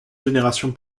génération